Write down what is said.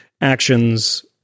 actions—